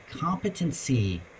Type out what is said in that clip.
Competency